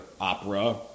opera